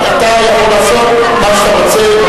אתה יכול לעשות מה שאתה רוצה.